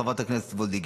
חברת הכנסת וולדיגר,